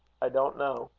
i don't know.